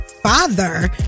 father